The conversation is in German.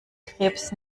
krebs